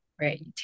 right